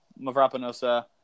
Mavrapanosa